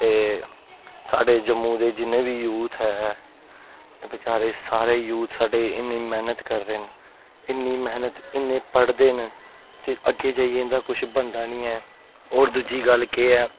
ते साढ़े जम्मू दे जिन्ने बी यूथ ऐ बेचारे सारे ही यूथ साढ़े इ'न्नी मेहनत कर रेह् न इ'न्नी मेह्नत इ'न्ने पढ़दे न ते अग्गें जाइयै इं'दा कुछ बनदा नी ऐ होर दूजी गल्ल केह् ऐ